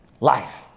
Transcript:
Life